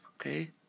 okay